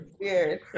weird